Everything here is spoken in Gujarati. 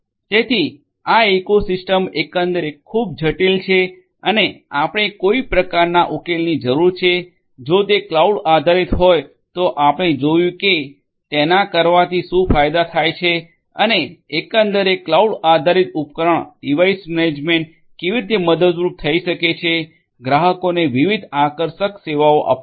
તેથી આ ઇકોસિસ્ટમ એકંદરે ખૂબ જટિલ છે અને આપણે કોઈક પ્રકારનાં ઉકેલની જરૂર છે જો તે ક્લાઉડ આધારિત હોય તો આપણે જોયું છે કે તેના કરવાથી શું ફાયદા થાય છે અને એકંદરે ક્લાઉડ આધારિત ઉપકરણ ડિવાઇસ મેનેજમેન્ટ કેવી રીતે મદદરૂપ થઈ શકે છે ગ્રાહકોને વિવિધ આકર્ષક સેવાઓ આપવા માટે